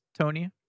tony